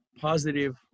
positive